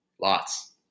lots